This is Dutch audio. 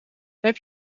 heb